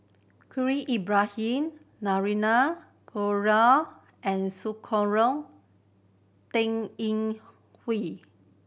Khalil Ibrahim Naraina and Sakura Teng Ying Hui